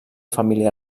família